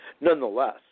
nonetheless